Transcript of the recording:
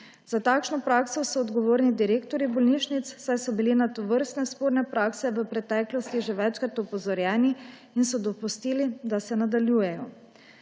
Za takšno prakso so odgovorni direktorji bolnišnic, saj so bili na tovrstne sporne prakse v preteklosti že večkrat opozorjeni in so dopustili, da se nadaljujejo.